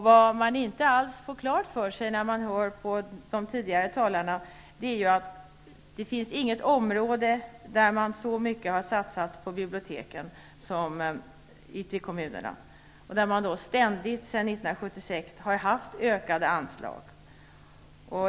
Vad man inte alls får klart för sig när man har hört på de tidigare talarna är att det inte finns något annat ställe där man så mycket har satsat på biblioteken som ute i kommunerna och där man ständigt sedan 1976 har fått ökade anslag.